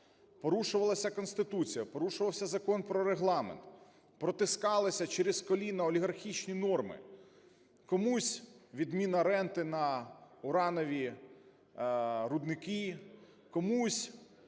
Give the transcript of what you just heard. Порушувалася Конституція, порушувався Закон про Регламент, протискалися "через коліно" олігархічні норми: комусь відміна ренти на уранові рудники, комусь